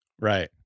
Right